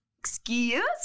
excuse